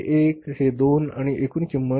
हे एक हे दोन आहे आणि एकूण किंमत